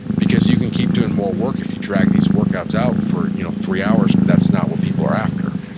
because you can keep doing more work if you drag these workouts out for you know three hours, but that's not what people are after.